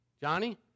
Johnny